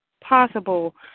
possible